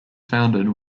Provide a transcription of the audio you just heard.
founded